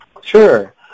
Sure